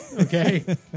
Okay